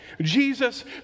Jesus